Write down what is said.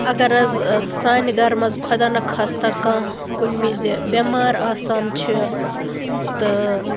اَگَر حظ سانہِ گَرٕ مَنٛز خۄداہ نہَ خاستہ کانٛہہ کُنہِ وِزِ بیٚمار آسان چھِ تہٕ